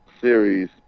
series